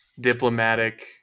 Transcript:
diplomatic